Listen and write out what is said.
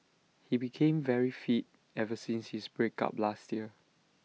he became very fit ever since his break up last year